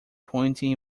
pointing